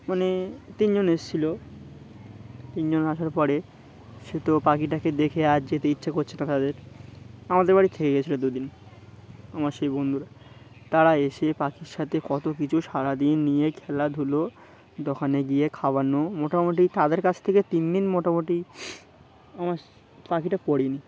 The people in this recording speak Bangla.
মানে তিনজন এসেছিলো তিনজন আসার পরে সে তো পাখিটাকে দেখে আরজ যেতে ইচ্ছা করছিল তাদের আমাদের বাড়ি খেয়ে গেছিলো দুদিন আমার সেই বন্ধুরা তারা এসে পাখির সাথে কত কিছু সারাদিন নিয়ে খেলাধুলো দোকানে গিয়ে খাওয়ানো মোটামুটি তাদের কাছ থেকে তিন দিন মোটামুটি আমার পাখিটা পরে নি